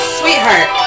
sweetheart